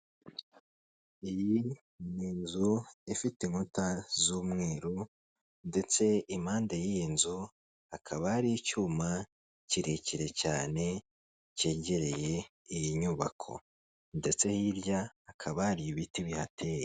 Iyi ni inzu ifite inkuta z'umweru ndetse impande y'iyi nzu hakaba hari icyuma kirekire cyane cyegereye iyi nyubako, ndetse hirya hakaba hari ibiti bihateye.